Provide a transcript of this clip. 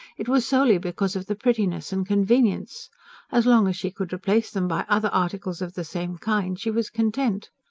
it was soley because of the prettiness and convenience as long as she could replace them by other articles of the same kind, she was content.